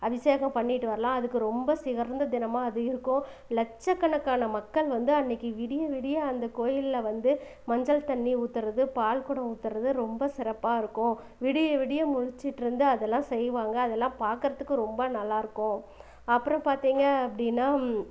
அபிஷேகம் பண்ணிவிட்டு வரலாம் அதுக்கு ரொம்ப சிறந்த தினமாக அது இருக்கும் லட்சக்கணக்கான மக்கள் வந்து அன்றைக்கி விடிய விடிய அந்த கோயிலில் வந்து மஞ்சள் தண்ணி ஊற்றுறது பால்குடம் ஊற்றுறது ரொம்ப சிறப்பாக இருக்கும் விடிய விடிய முழிச்சிட்ருந்து அதெல்லாம் செய்வாங்க அதெல்லாம் பார்க்கறத்துக்கு ரொம்ப நல்லாயிருக்கும் அப்புறம் பார்த்தீங்க அப்படின்னா